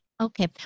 Okay